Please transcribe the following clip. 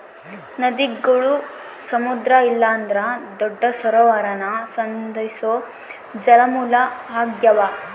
ನದಿಗುಳು ಸಮುದ್ರ ಇಲ್ಲಂದ್ರ ದೊಡ್ಡ ಸರೋವರಾನ ಸಂಧಿಸೋ ಜಲಮೂಲ ಆಗ್ಯಾವ